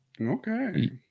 okay